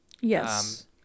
yes